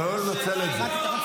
אבל לא לנצל את זה.